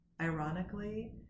ironically